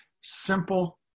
simple